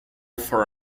for